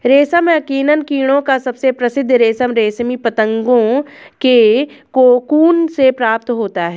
रेशम यकीनन कीड़ों का सबसे प्रसिद्ध रेशम रेशमी पतंगों के कोकून से प्राप्त होता है